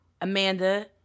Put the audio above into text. Amanda